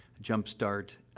jump start, ah,